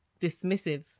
dismissive